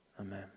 Amen